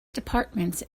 departments